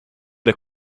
der